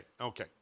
Okay